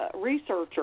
researcher